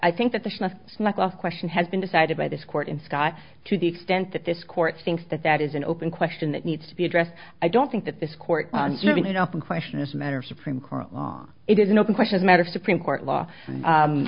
i think that this must snuck off question has been decided by this court and scott to the extent that this court thinks that that is an open question that needs to be addressed i don't think that this court given an open question is a matter of supreme court long it is an open question as a matter of supreme court law